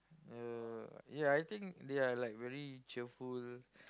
yeah yeah I think they are like very cheerful